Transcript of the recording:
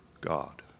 God